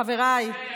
חבריי,